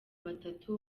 batatu